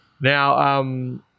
Now